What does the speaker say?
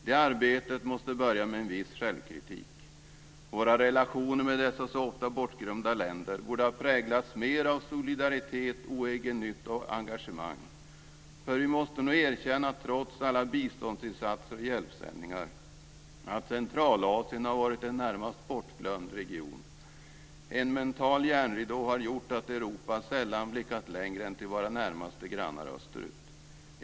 Det arbetet måste börja med en viss självkritik. Våra relationer med dessa så ofta bortglömda länder borde ha präglats mer av solidaritet, oegennytta och engagemang. För vi måste nog erkänna, trots alla biståndsinsatser och hjälpsändningar, att Centralasien har varit en närmast bortglömd region. En mental järnridå har gjort att Europa sällan blickat längre än till våra närmaste grannar österut.